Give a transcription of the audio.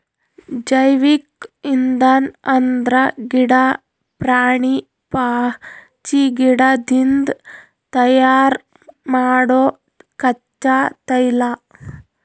ಜೈವಿಕ್ ಇಂಧನ್ ಅಂದ್ರ ಗಿಡಾ, ಪ್ರಾಣಿ, ಪಾಚಿಗಿಡದಿಂದ್ ತಯಾರ್ ಮಾಡೊ ಕಚ್ಚಾ ತೈಲ